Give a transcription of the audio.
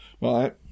Right